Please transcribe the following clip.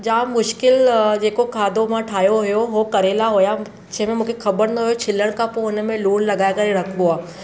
जामु मुश्किल जेको खाधो मां ठाहियो हुयो हो करेला हुया जंहिंमें मूंखे ख़बर न हुई छिलण खां पोइ हुन में लूणु लॻाए करे रखिबो आहे